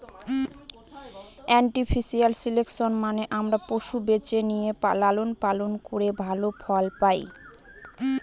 artificial selection মানে আমরা পশু বেছে নিয়ে লালন পালন করে ভালো ফল পায়